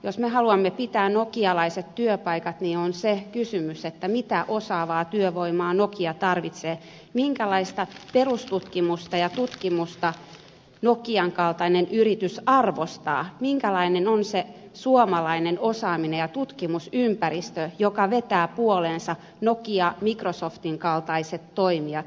jos me haluamme pitää nokialaiset työpaikat niin on se kysymys mitä osaavaa työvoimaa nokia tarvitsee minkälaista perustutkimusta ja tutkimusta nokian kaltainen yritys arvostaa minkälaisia ovat se suomalainen osaaminen ja tutkimusympäristö jotka vetävät puoleensa nokian ja microsoftin kaltaiset toimijat